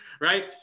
right